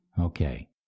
Okay